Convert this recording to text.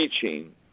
teaching